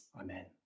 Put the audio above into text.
Amen